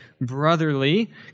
brotherly